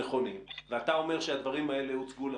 נכונים ואתה אומר שהדברים האלה הוצגו לכם,